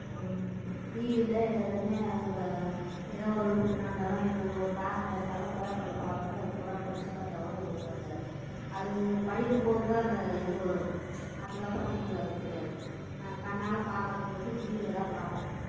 டிவியில் எதுமே நம்ம ஏதோ ஒரு விபத்து நடந்தாலும் எரு ஒரு காரணம் எடுத்தாலும் பேப்பரில் போடுறது அது பூராக படிச்சி பார்த்தா கூட எங்களுக்கு அந்த அது படிக்கும்போது தான் அந்த இது வரும் அதுக்கப்பறம் எங்களுக்கு அது தெரியாது நாங்கள் கண்ணால் பார்க்கறது வந்து டிவியில் தான் பார்ப்போம்